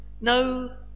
no